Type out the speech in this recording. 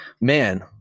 man